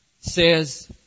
says